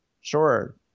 sure